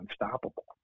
unstoppable